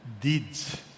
Deeds